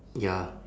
ya